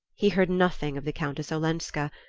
he heard nothing of the countess olenska,